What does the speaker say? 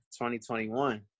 2021